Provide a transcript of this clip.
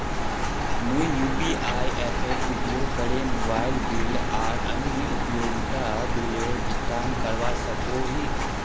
मुई यू.पी.आई एपेर उपयोग करे मोबाइल बिल आर अन्य उपयोगिता बिलेर भुगतान करवा सको ही